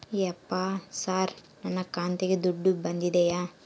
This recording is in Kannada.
ಯಪ್ಪ ಸರ್ ನನ್ನ ಖಾತೆಗೆ ದುಡ್ಡು ಬಂದಿದೆಯ?